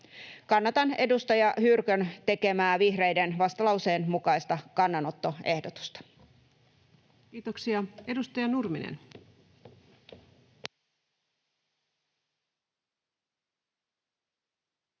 Kannatan edustaja Hyrkön tekemää vihreiden vastalauseen mukaista kannanottoehdotusta. Kiitoksia. — Edustaja Nurminen.